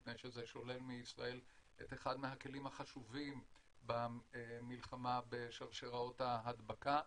מפני שזה שולל מישראל את אחד מהכלים החשובים במלחמה בשרשראות ההדבקה.